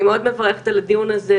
אני מאוד מברכת על הדיון הזה,